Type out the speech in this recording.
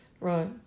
right